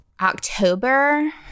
october